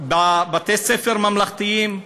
בבתי-הספר הממלכתיים,